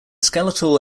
skeletal